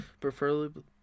Preferably